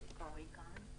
קאהן,